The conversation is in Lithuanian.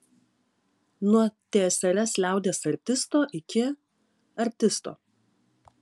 nuo tsrs liaudies artisto iki artisto